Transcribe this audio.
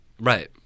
Right